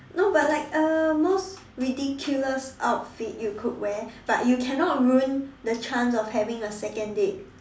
no but like uh most ridiculous outfit you could wear but you cannot ruin the chance of having a second date